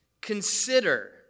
consider